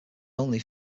only